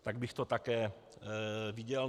Tak bych to také viděl.